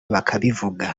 bakabivuga